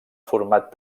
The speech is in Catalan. format